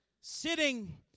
Sitting